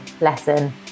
lesson